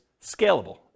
scalable